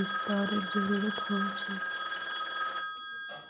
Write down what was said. विस्तारेर जरूरत ह छेक